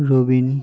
Robin